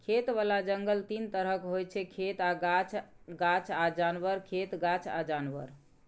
खेतबला जंगल तीन तरहक होइ छै खेत आ गाछ, गाछ आ जानबर, खेत गाछ आ जानबर